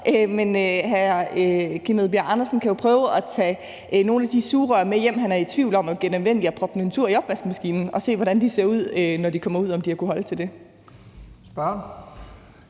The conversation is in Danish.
Men hr. Kim Edberg Andersen kan jo prøve at tage nogle af de sugerør, han er i tvivl om om er genanvendelige, med hjem og proppe dem en tur i opvaskemaskinen og se, hvordan de ser ud, når de kommer ud, altså om de har kunnet holde til det.